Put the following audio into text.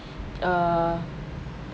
err